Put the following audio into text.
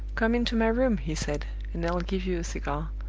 come into my room, he said, and i'll give you a cigar.